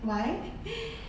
why